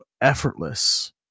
Effortless